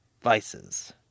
vices